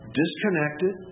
disconnected